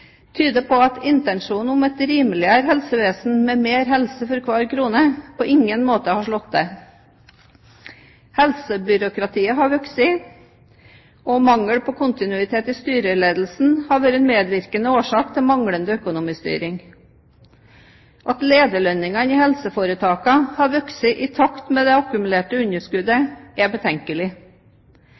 tyder på at intensjonen, et rimeligere helsevesen med mer helse for hver krone, på ingen måte har slått til. Helsebyråkratiet har vokst, og mangel på kontinuitet i styreledelsen har vært en medvirkende årsak til manglende økonomistyring. At lederlønningene i helseforetakene har vokst i takt med det akkumulerte underskuddet, er betenkelig.